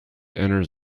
enters